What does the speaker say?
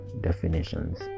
definitions